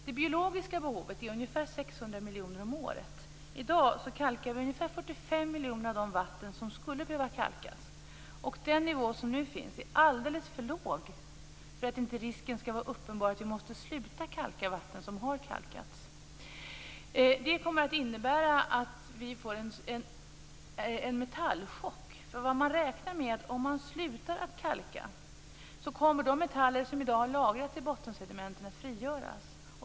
Det biologiska behovet är ungefär 600 miljoner om året. I dag kalkar vi för ungefär 45 miljoner i de vatten som behöver kalkas. Den nivå som nu finns är alldeles för låg för att inte risken skall vara uppenbar att vi måste sluta kalka i vatten som har kalkats. Det kommer att innebära att vi får en metallchock. Man räknar med att om man slutar att kalka, kommer de metaller som i dag är lagrade i bottensedimenten att frigöras.